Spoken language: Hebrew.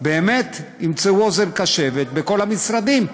באמת ימצאו אוזן קשבת בכל המשרדים,